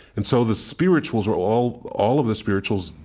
and so, the spirituals were all all of the spirituals,